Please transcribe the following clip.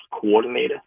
coordinator